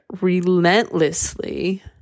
relentlessly